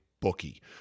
Bookie